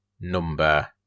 number